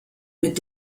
mit